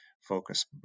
focus